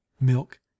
milk